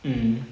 mm